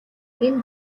энэ